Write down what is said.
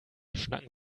schnacken